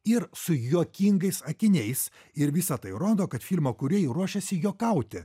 ir su juokingais akiniais ir visa tai rodo kad filmo kūrėjai ruošiasi juokauti